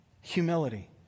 humility